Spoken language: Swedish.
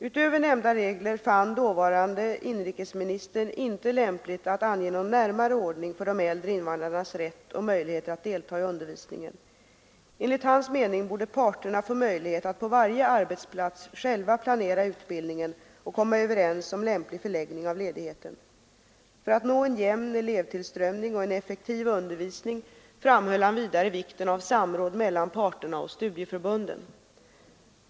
Utöver nämnda regler fann dåvarande inrikesministern inte lämpligt att ange någon närmare ordning för de äldre invandrarnas rätt och möjlighet att delta i undervisningen. Enligt hans mening borde parterna få möjlighet att på varje arbetsplats själva planera utbildningen och komma överens om lämplig förläggning av ledigheten. Han framhöll vidare vikten av samråd mellan parterna och studieförbunden för att man skall få en jämn elevtillströmning och en effektiv undervisning.